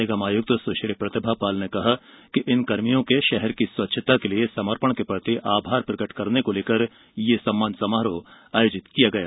निगम आयुक्त सुश्री प्रतिभा पाल ने कहा कि इन कर्मियों के षहर की स्वच्छता के लिए समर्पण के प्रति आभार प्रकट करने के लिए यह सम्मान समारोह आयोजित किया गया था